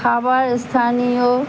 খাবার স্থানীয়